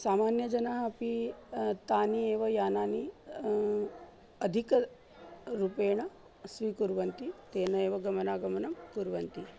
सामान्यजनाः अपि तानि एव यानानि अधिकरूपेण स्वीकुर्वन्ति तेन एव गमनागमनं कुर्वन्ति